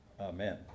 amen